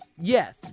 Yes